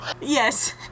Yes